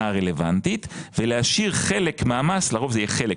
הרלוונטית ולהשאיר חלק מהמס לרוב זה יהיה חלק,